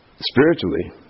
spiritually